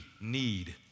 need